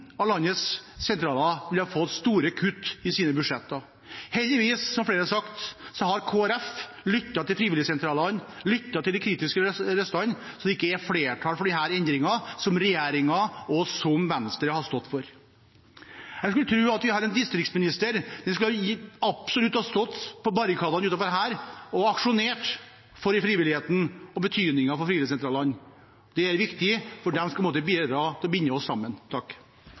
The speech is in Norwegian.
av landets sentraler hadde fått store kutt i sine budsjetter. Heldigvis, som flere har sagt, har Kristelig Folkeparti lyttet til frivilligsentralene, lyttet til de kritiske røstene, slik at det ikke er flertall for disse endringene, som regjeringen og Venstre har stått for. Vår distriktsminister burde absolutt ha stått på barrikadene utenfor her og aksjonert for frivilligheten og betydningen av frivilligsentralene. De er viktige, for de skal bidra til å binde oss sammen.